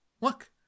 Look